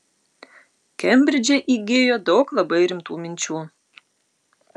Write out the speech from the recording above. kembridže įgijo daug labai rimtų minčių